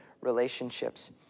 relationships